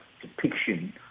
depiction